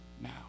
now